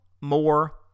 more